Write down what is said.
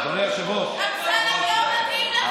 אני מרוויחה היום פחות ממה שהרווחתי.